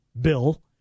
Bill